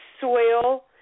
soil